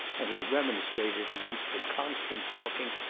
and he remonstrated against the constant talking,